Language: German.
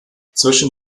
zwischen